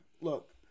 Look